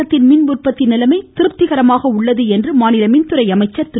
தமிழகத்தின் மின் உற்பத்தி நிலைமை திருப்திகரமாக உள்ளது என்று மாநில மின்துறை அமைச்சர் திரு